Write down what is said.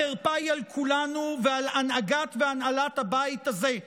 החרפה היא על כולנו ועל הנהגת והנהלת הבית הזה,